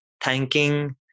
thanking